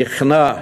ונכנע.